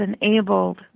enabled